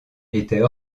était